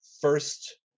first